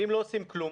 אם לא עושים כלום